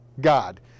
God